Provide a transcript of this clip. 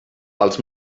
els